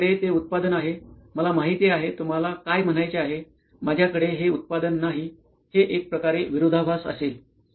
कारण तुमच्याकडे ते उत्पादन आहे मला माहिती आहे तुम्हला काय म्हणायचे आहे माझ्याकडे हे उत्पादन नाही हे एक प्रकारे विरोधाभास असेल